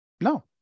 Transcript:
no